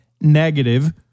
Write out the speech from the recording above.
negative